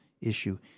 issue